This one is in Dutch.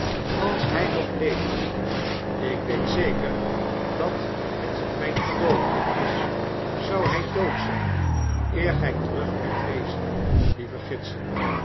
ms hy nog leeft ik weet zeker dat het myn verloofde is zou hy dood zyn eer gij terug kunt wezen lieve gidsen